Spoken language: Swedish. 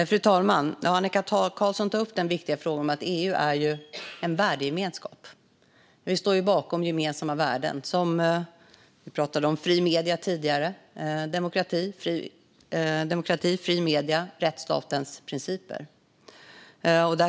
Fru talman! Annika Qarlsson tar upp den viktiga frågan att EU är en värdegemenskap som står bakom gemensamma värden som fria medier, som vi pratade om tidigare, demokrati och rättsstatens principer.